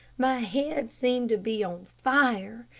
my head seemed to be on fire,